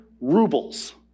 rubles